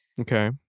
Okay